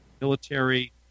military